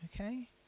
Okay